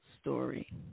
story